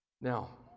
Now